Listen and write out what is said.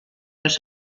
los